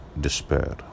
despair